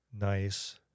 Nice